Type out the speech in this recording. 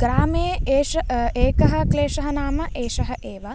ग्रामे एष एकः क्लेशः नाम एष एव